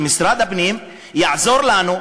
שמשרד הפנים יעזור לנו,